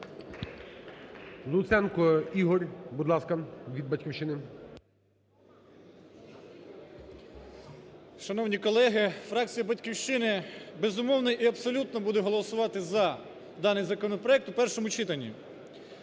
Луценко Ігор, будь ласка, від "Батьківщини". 11:04:14 ЛУЦЕНКО І.В. Шановні колеги! Фракція "Батьківщини", безумовно і абсолютно, буде голосувати за даний законопроект у першому читанні.